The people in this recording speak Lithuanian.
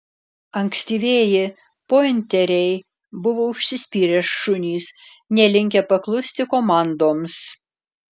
ankstyvieji pointeriai buvo užsispyrę šunys nelinkę paklusti komandoms